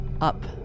up